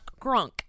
grunk